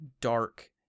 dark